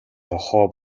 нохой